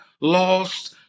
lost